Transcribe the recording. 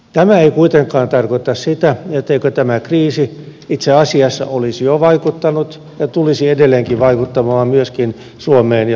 tämä ei kuitenkaan tarkoita sitä etteikö tämä kriisi itse asiassa olisi jo vaikuttanut ja tulisi edelleenkin vaikuttamaan myöskin suomeen ja suomalaisiin